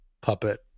puppet